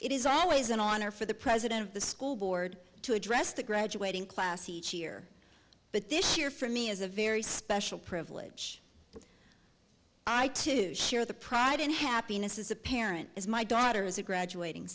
it is always an honor for the president of the school board to address the graduating class each year but this year for me is a very special privilege but i to share the pride and happiness as a parent as my daughter as a graduating